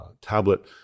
tablet